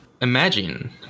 Imagine